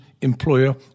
employer